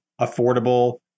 affordable